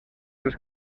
els